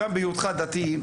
גם בהיותך דתי,